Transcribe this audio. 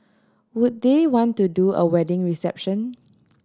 would they want to do a wedding reception